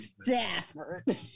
Stafford